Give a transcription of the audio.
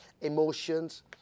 emotions